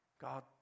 God